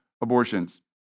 abortions